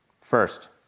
First